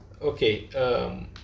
Okay